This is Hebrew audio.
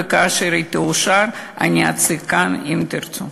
וכאשר היא תאושר אני אציג כאן אם תרצו.